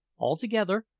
altogether,